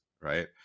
right